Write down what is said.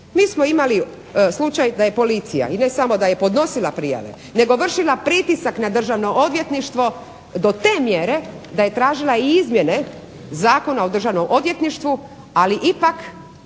Mi smo imali slučaj da je policija, ne samo da je podnosila prijave, nego da je vršila pritisak na Državno odvjetništvo do te mjere da je tražila izmjene Zakona o državnom odvjetništvu ali ipak